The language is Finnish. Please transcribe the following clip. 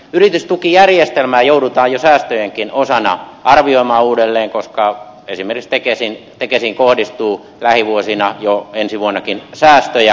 yritystukijärjestelmää joudutaan jo säästöjenkin osana arvioimaan uudelleen koska esimerkiksi tekesiin kohdistuu lähivuosina jo ensi vuonnakin säästöjä